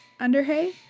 underhay